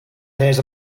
hears